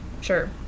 sure